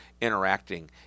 interacting